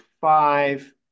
five